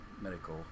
medical